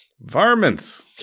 Varmints